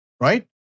right